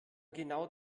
genau